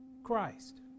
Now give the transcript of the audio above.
Christ